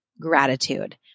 gratitude